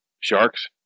sharks